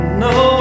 no